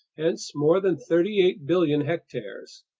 hence more than thirty eight billion hectares.